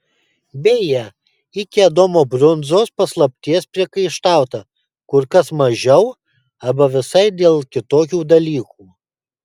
beje iki adomo brunzos paslapties priekaištauta kur kas mažiau arba visai dėl kitokių dalykų